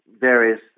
various